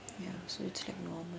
ya so it's like normal